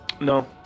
No